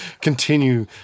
continue